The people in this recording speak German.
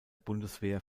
bundeswehr